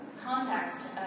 context